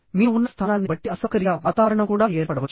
మీరు ఉన్న స్థానాన్ని బట్టి అసౌకర్య వాతావరణం కూడా ఏర్పడవచ్చు